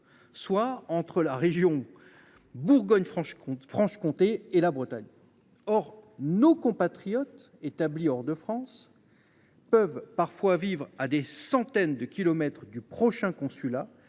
celle de la région Bourgogne Franche Comté et celle de la Bretagne. Or nos compatriotes établis hors de France peuvent parfois vivre à des centaines de kilomètres du consulat